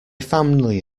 family